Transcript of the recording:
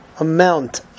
amount